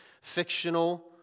fictional